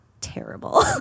terrible